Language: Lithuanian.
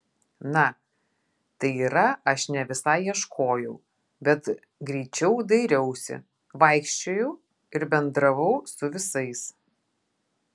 na tai yra aš ne visai ieškojau bet greičiau dairiausi vaikščiojau ir bendravau su visais